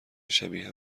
شبیه